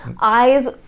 eyes